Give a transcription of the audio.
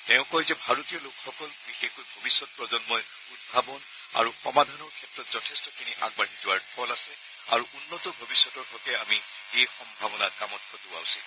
তেওঁ কয় যে ভাৰতীয় লোকসকল বিশেষকৈ ভৱিষ্যত প্ৰজন্মই উদ্ভাৱন আৰু সমাধানৰ ক্ষেত্ৰত যথেষ্টখিনি আগবাঢ়ি যোৱাৰ থল আছে আৰু উন্নত ভৱিষ্যতৰ হকে আমি এই সম্ভাৱনা কামত খটুওৱা উচিত